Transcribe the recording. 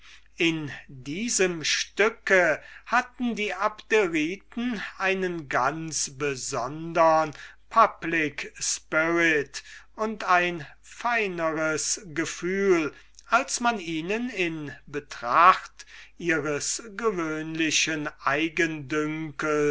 in diesem stücke hatten die abderiten einen ganz besondern public spirit und ein feineres gefühl als man ihnen in betracht ihres gewöhnlichen